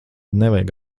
nevajag